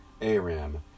Aram